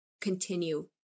continue